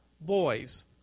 boys